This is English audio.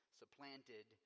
supplanted